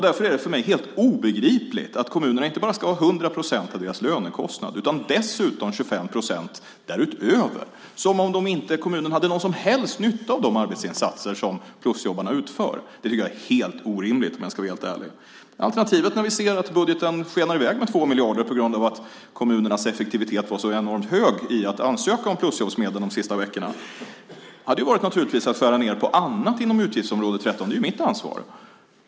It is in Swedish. Därför är det för mig helt obegripligt att kommunerna ska ha inte bara 100 procent av deras lönekostnad utan dessutom 25 procent därutöver, som om kommunen inte hade någon som helst nytta av de arbetsinsatser som plusjobbarna utför. Det tycker jag är helt orimligt, om jag ska vara ärlig. Alternativet, när vi ser att budgeten skenar iväg med 2 miljarder på grund av att kommunernas effektivitet var så enormt hög när det gällde att ansöka om plusjobbsmedel under de sista veckorna, hade naturligtvis varit att skära ned på annat inom utgiftsområde 13. Det är ju mitt ansvar.